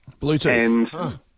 Bluetooth